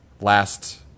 last